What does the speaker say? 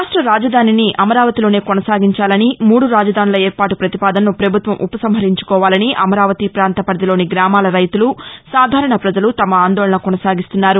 రాష్ట రాజధానిని అమరావతిలోనే కొనసాగించాలని మూడు రాజధానుల ఏర్పాటు పతిపాదనను ప్రభుత్వం ఉప సంహరించుకోవాలని అమరావతి పాంత పరిధిలోని గ్రామల రైతులు సాధారణ ప్రజలు తమ ఆందోళన కొనసాగిస్తున్నారు